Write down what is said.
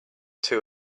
too